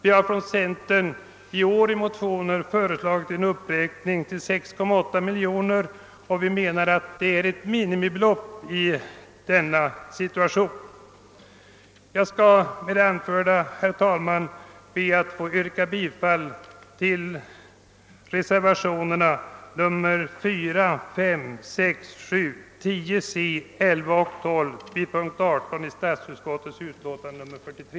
I centerpartiets motioner i år har vi föreslagit en uppräkning till 6,8 miljoner kronor, vilket vi anser vara ett minimibelopp i nu föreliggande situation. Herr talman! Med det anförda ber jag att få yrka bifall till reservationerna 4, 5, 6, 7, 10 c, 11 och 12 vid punkten 18 i statsutskottets utlåtande.